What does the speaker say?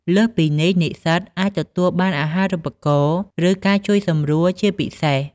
លើសពីនេះ និស្សិតអាចទទួលបានអាហារូបករណ៍ ឬការជួយសម្រួលជាពិសេស។